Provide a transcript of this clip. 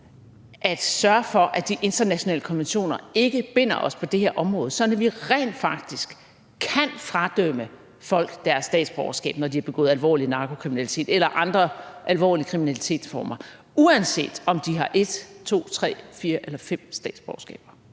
at sørge for, at de internationale konventioner ikke binder os på det her område, sådan at vi rent faktisk kan fradømme folk deres statsborgerskab, når de har begået alvorlig narkokriminalitet eller andre alvorlige kriminalitetsformer, uanset om de har et, to, tre, fire eller fem statsborgerskaber.